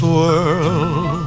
world